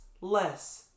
less